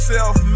Self